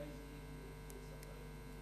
מתי זה יהיה, גברתי סגנית השר, להערכתך?